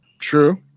True